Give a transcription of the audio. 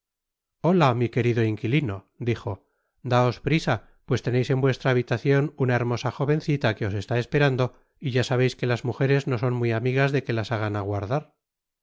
hola mi querido inquilino dijo daos prisa pues teneis en vuestra habitacion una hermosa jovencita que os está esperando y ya sabeis que las mujeres no son muy amigas de que las hagan aguardar